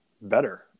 better